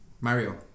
Mario